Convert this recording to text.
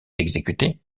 exécuter